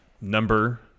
number